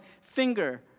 finger